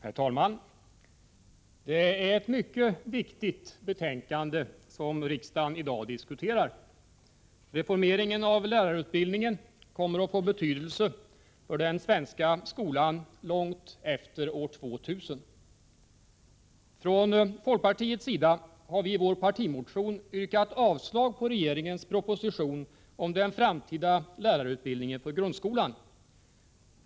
Nr 160 Herr talman! Det är ett mycket viktigt betänkande som riksdagen i dag Tisdagen den diskuterar. Reformeringen av lärarutbildningen kommer att få betydelse för 4 juni 1985 den svenska skolan långt efter år 2000. Från folkpartiets sida har vi i vår partimotion yrkat avslag på regeringens Lärarutbildning proposition om den framtida lärarutbildningen för grundskolan.